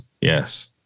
Yes